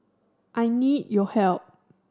I need your help